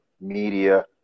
media –